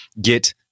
get